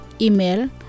Email